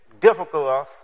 difficult